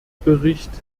bericht